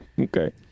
Okay